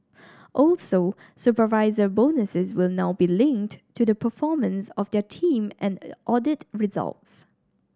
also supervisor bonuses will now be linked to the performance of their team and audit results